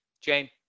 jane